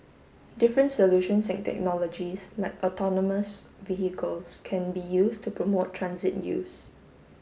different solutions and technologies like autonomous vehicles can be used to promote transit use